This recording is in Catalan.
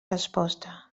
resposta